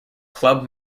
club